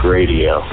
Radio